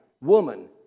woman